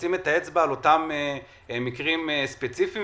לשים את האצבע על אותם מקרים ספציפיים,